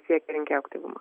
siekia rinkėjų aktyvumą